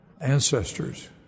ancestors